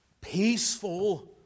peaceful